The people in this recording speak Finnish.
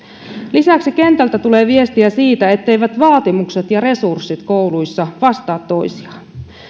lisäksi kentältä tulee viestiä siitä etteivät vaatimukset ja resurssit kouluissa vastaa toisiaan